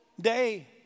day